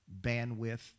Bandwidth